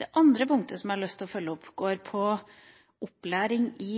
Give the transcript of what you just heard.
Det andre punktet jeg har lyst til å følge opp, gjelder opplæring i